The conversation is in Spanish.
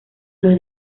los